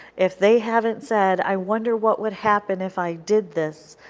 if they haven't said i wonder what would happen if i did this,